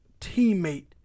teammate